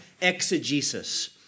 exegesis